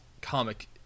comic